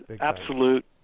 absolute